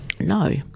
No